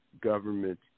government